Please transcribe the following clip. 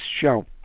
show